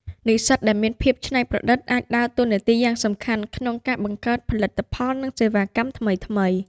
និស្សិតដែលមានភាពច្នៃប្រឌិតអាចដើរតួនាទីយ៉ាងសំខាន់ក្នុងការបង្កើត ផលិតផល ឬសេវាកម្មថ្មីៗ។